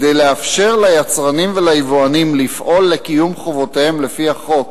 כדי לאפשר ליצרנים וליבואנים לפעול לקיום חובותיהם לפי החוק,